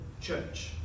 church